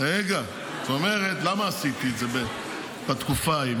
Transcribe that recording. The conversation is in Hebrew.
זאת אומרת, למה עשיתי את זה בתקופה ההיא?